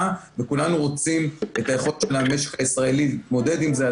וכולנו רוצים את היכולת של המשק הישראלי להתמודד עם זה.